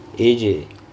A_J